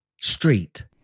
Street